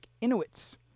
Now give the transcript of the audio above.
Inuits